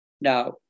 now